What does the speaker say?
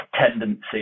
tendency